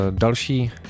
Další